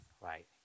Right